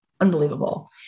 unbelievable